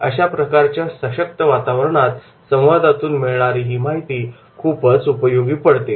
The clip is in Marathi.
अशाप्रकारच्या सशक्त वातावरणात संवादातून मिळणारी ही माहिती खूपच उपयोगी पडते